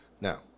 Now